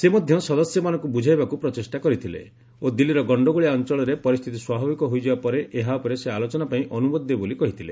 ସେ ମଧ୍ୟ ସଦସ୍ୟମାନଙ୍କୁ ବୁଝାଇବାକୁ ପ୍ରଚେଷ୍ଟା କରିଥିଲେ ଓ ଦିଲ୍ଲୀର ଗଣ୍ଡଗୋଳିଆ ଅଞ୍ଚଳରେ ପରିସ୍ଥିତି ସ୍ୱାଭାବିକ ହୋଇଯିବା ପରେ ଏହା ଉପରେ ସେ ଆଲୋଚନା ପାଇଁ ଅନୁମତି ଦେବେ ବୋଲି କହିଥିଲେ